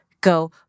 go